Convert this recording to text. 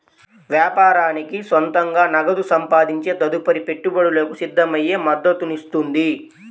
వ్యాపారానికి సొంతంగా నగదు సంపాదించే తదుపరి పెట్టుబడులకు సిద్ధమయ్యే మద్దతునిస్తుంది